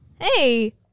Hey